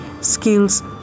skills